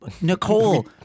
Nicole